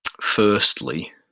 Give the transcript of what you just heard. firstly